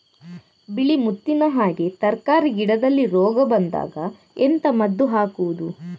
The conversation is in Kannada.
ಬಿಳಿ ಮುತ್ತಿನ ಹಾಗೆ ತರ್ಕಾರಿ ಗಿಡದಲ್ಲಿ ರೋಗ ಬಂದಾಗ ಎಂತ ಮದ್ದು ಹಾಕುವುದು?